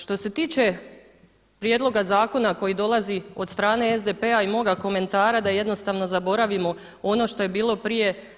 Što se tiče prijedloga zakona koji dolazi od strane SDP-a i moga komentara da jednostavno zaboravimo ono što je bilo prije.